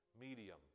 medium